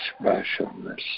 specialness